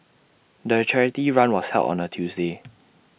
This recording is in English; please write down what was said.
the charity run was held on A Tuesday